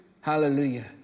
Hallelujah